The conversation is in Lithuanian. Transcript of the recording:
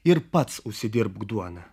ir pats užsidirbk duoną